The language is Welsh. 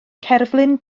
cerflun